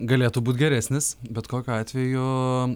galėtų būti geresnis bet kokiu atveju